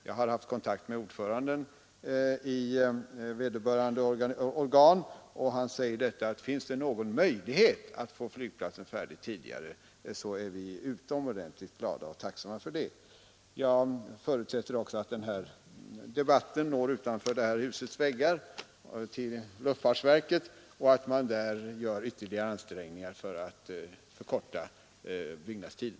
Jag har haft kontakt med ordföranden i vederbörande organ, och han säger att finns det någon möjlighet att få flygplatsen färdig tidigare så är man utomordentligt glad och tacksam för det. Jag förutsätter också att denna debatt når utanför det här husets väggar, till luftfartsverket, och att man där gör ytterligare ansträngningar för att förkorta byggnadstiden.